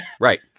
Right